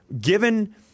Given